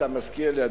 אתה מזכיר לי,